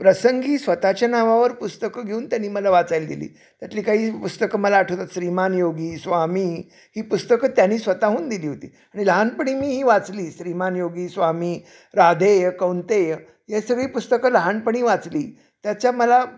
प्रसंगी स्वतःच्या नावावर पुस्तकं घेऊन त्यांनी मला वाचायला दिली त्यातली काही पुस्तकं मला आठवतात श्रीमान योगी स्वामी ही पुस्तकं त्यानी स्वतःहून दिली होती आणि लहानपणी मी ही वाचली श्रीमान योगी स्वामी राधेय कौंतेय या सगळी पुस्तकं लहानपणी वाचली त्याचा मला